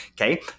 okay